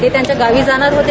ते त्यांच्या गावी जाणार होते